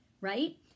right